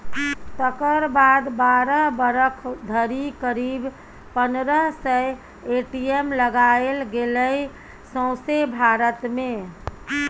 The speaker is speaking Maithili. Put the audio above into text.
तकर बाद बारह बरख धरि करीब पनरह सय ए.टी.एम लगाएल गेलै सौंसे भारत मे